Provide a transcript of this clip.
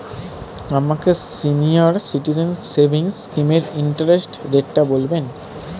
আমাকে senior citizen savings স্কিমের interest রেটটা বলবেন